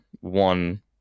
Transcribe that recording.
one